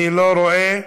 שאני לא רואה.